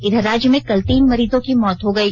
इधर राज्य में कल तीन मरीजों की मौत हो गई